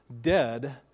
dead